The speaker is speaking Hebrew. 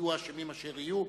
יהיו האשמים אשר יהיו,